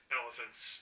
elephants